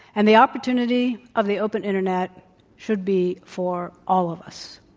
and the opportunity of the open internet should be for all of us.